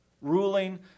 ruling